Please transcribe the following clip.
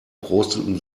prosteten